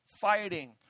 fighting